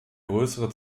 größere